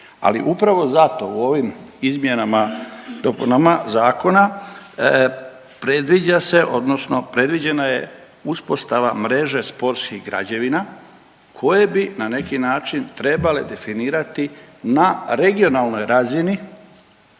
dopunama zakona predviđa se odnosno predviđena je uspostava mreže sportskih građevina koje bi na neki način trebale definirati na regionalnoj razini